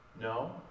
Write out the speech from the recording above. No